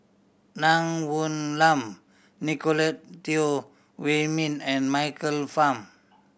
Nun Woon Lam Nicolette Teo Wei Min and Michael Fam